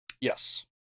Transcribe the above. Yes